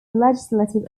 legislative